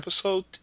episode